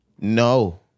No